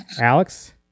Alex